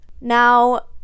Now